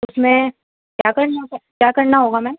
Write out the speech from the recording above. اس میں کیا کرنا ہوگا کیا کرنا ہوگا میم